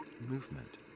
movement